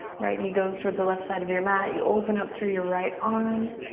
right knee goes towards the left side of your mat. you open up through your right arm.